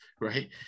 right